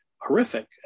horrific